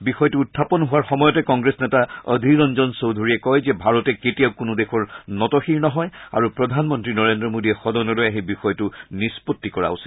বিষয়টো উখাপন হোৱা সময়তে কংগ্ৰেছ নেতা অধীৰ ৰঞ্জন চৌধুৰীয়ে কয় যে ভাৰতে কেতিয়াও কোনো দেশৰ নতশিৰ নহয় আৰু প্ৰধানমন্ত্ৰী নৰেন্দ্ৰ মোডীয়ে সদনলৈ আহি বিষয়টো নিষ্পত্তি কৰা উচিত